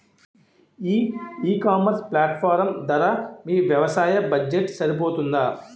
ఈ ecommerce platform ధర మీ వ్యవసాయ బడ్జెట్ సరిపోతుందా?